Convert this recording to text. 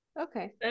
Okay